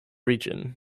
region